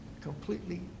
completely